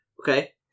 Okay